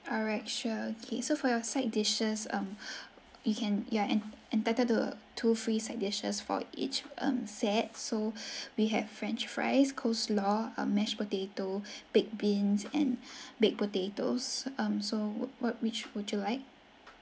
alright sure okay so for your side dishes um you can ya en~ entitled to two free side dishes for each um set so we have french fries coleslaw um mashed potato baked beans and baked potatoes um so what which would you like